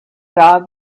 saw